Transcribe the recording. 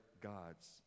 gods